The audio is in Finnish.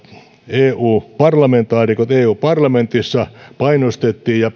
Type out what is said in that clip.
eu parlamentaarikot eu parlamentissa painostivat ja